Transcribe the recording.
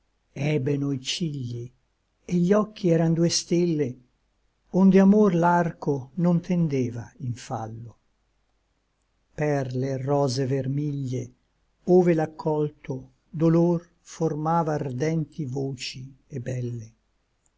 hebeno i cigli et gli occhi eran due stelle onde amor l'arco non tendeva in fallo perle et rose vermiglie ove l'accolto dolor formava ardenti voci et belle